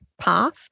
path